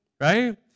right